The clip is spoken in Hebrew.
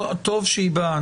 טוב שהיא באה.